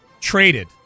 traded